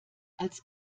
als